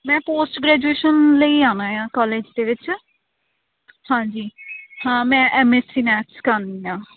ਮੈਂ post graduation ਲਈ ਆਉਣਾ ਆ ਕੋਲਿਜ ਦੇ ਵਿੱਚ ਹਾਂਜੀ ਹਾਂ ਮੈਂ ਐਮਐਸਸੀ ਮੈਥਸ ਕਰਨੀ ਆ